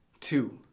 Two